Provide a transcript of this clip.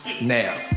now